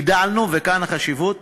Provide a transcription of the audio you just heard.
הגדלנו, וכאן החשיבות,